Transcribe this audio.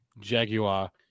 jaguar